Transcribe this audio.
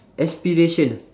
aspiration